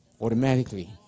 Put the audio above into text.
automatically